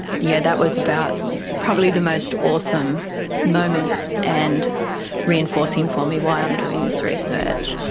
yeah that was about probably the most awesome moment and reinforcing for me why i'm doing this research.